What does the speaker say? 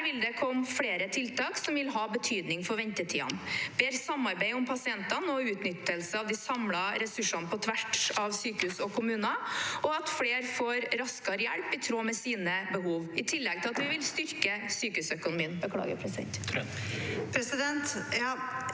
Der vil det komme flere tiltak som vil ha betydning for ventetidene – bedre samarbeid om pasientene og utnyttelse av de samlede ressursene på tvers av sykehus og kommuner, og at flere får raskere hjelp i tråd med sine behov, i tillegg til at vi vil styrke sykehusøkonomien.